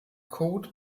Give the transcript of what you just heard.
code